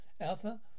Alpha